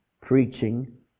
Preaching